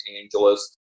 Angeles